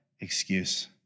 excuse